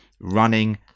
running